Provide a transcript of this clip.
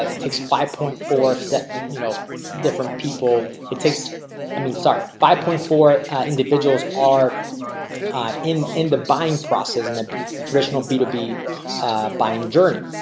ah it takes five point four, you know different people it takes i mean, sorry five point four individuals are in in the buying process and the traditional b two b buying journey.